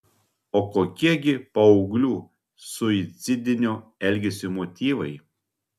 o kokie gi paauglių suicidinio elgesio motyvai